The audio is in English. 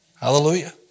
Hallelujah